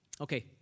Okay